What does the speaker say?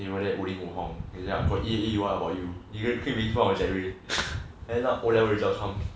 he like 武林武红 is like got A_E_E what about you he go and claim in front of 健伟 end up O level results cham